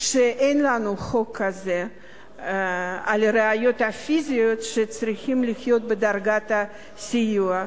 לכך שאין לנו חוק כזה על הראיות הפיזיות שצריכות להיות בדרגת הסיוע.